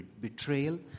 betrayal